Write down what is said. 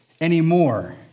anymore